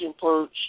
perch